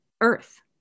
Earth